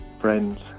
friends